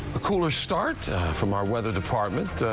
a cooler start from our weather department.